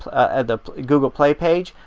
and the google play page.